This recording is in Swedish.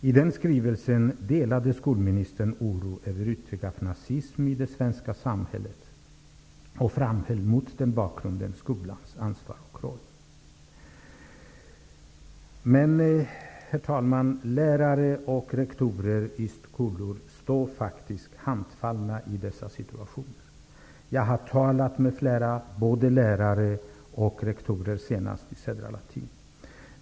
I den skrivelsen delade skolministern oron över uttryck av nazism i det svenska samhället och framhöll mot den bakgrunden skolans ansvar och roll. Herr talman! Lärare och rektorer i skolorna står faktiskt handfallna i en sådan här situation. Jag har talat med flera lärare och rektorer, senast på Södra latin.